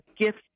gift